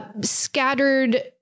scattered